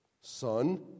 Son